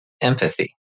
empathy